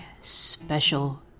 special